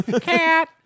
Cat